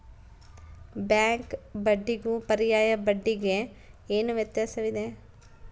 Bank ಬಡ್ಡಿಗೂ ಪರ್ಯಾಯ ಬಡ್ಡಿಗೆ ಏನು ವ್ಯತ್ಯಾಸವಿದೆ?